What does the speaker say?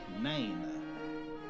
Nine